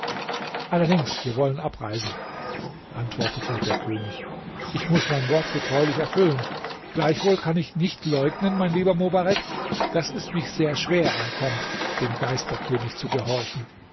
allerdings wir wollen abreisen antwortete der könig ich muß mein wort getreulich erfüllen gleichwohl kann ich nicht leugnen mein lieber mobarek daß es mich sehr schwer ankommt dem geisterkönig zu gehorchen